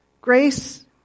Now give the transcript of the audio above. Grace